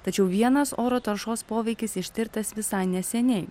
tačiau vienas oro taršos poveikis ištirtas visai neseniai